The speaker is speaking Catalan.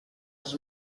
els